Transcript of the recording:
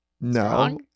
no